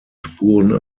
spuren